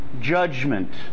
judgment